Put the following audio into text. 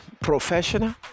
professional